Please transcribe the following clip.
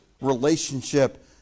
relationship